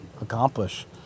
accomplish